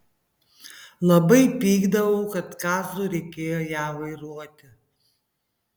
labai pykdavau kad kazlui reikėjo ją vairuoti